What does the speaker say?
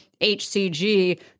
HCG